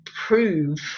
prove